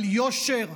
על יושר,